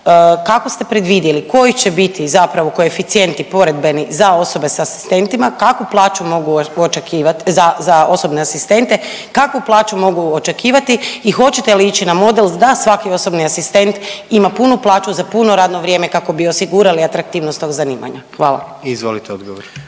kako ste predvidjeli koji će biti zapravo koeficijenti poredbeni za osobe sa asistentima, kakvu plaću mogu očekivat za, za osobne asistente, kakvu plaću mogu očekivati i hoćete li ići na model da svaki osobni asistent ima punu plaću za puno radno vrijeme kako bi osigurali atraktivnost tog zanimanja? Hvala. **Jandroković,